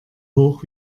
hoch